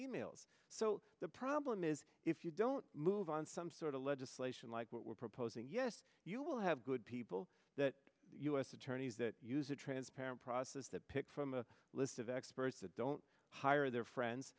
e mails so the problem is if you don't move on some sort of legislation like what we're proposing yes you will have good people that us attorneys that use a transparent process that pick from a list of experts that don't hire their friends